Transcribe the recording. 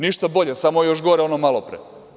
Ništa bolje, samo je još gore ono malo pre.